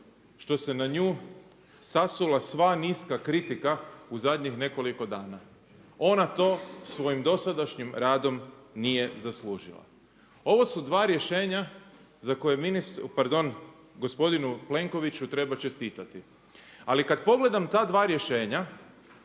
što se na nju sasula sva niska kritika u zadnjih nekoliko dana. Ona to svojim dosadašnjim radom nije zaslužila. Ovo su dva rješenja za koje ministru, pardon gospodinu Plenkoviću treba čestitati. Ali kad pogledam ta dva rješenja,